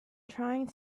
trying